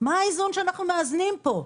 מה האיזון שאנחנו מאזנים פה?